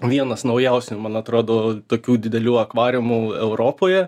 vienas naujausių man atrodo tokių didelių akvariumų europoje